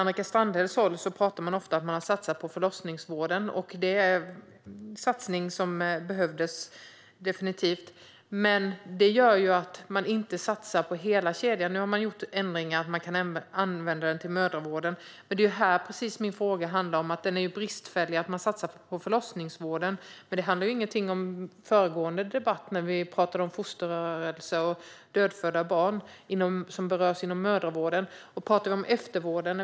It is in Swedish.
Annika Strandhäll talar ofta om att man har satsat på förlossningsvården. Det är definitivt en satsning som behövs, men det gör ju att man inte satsar på hela kedjan. Nu har man gjort ändringar så att resurserna kan användas även till mödravården, men det är precis det här min fråga handlar om: att man satsar på förlossningsvården men att vårdkedjan är bristfällig. Det handlar inte alls om fosterrörelser och dödfödda barn, som vi talade om i föregående debatt och som rör mödravården.